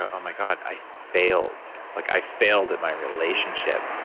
oh, my god. i failed. like i failed at my relationship.